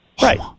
Right